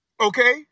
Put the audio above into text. Okay